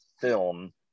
film